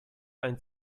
ein